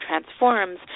transforms